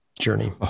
journey